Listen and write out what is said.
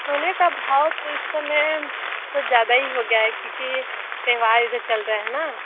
सोने का भाव तो इस समय कुछ ज़्यादा ही हो गया है क्योंकि त्यौहार इधर चल रहे हैं ना